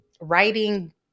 writing